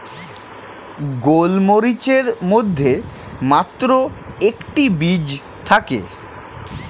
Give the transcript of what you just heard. গোলমরিচের মধ্যে মাত্র একটি বীজ থাকে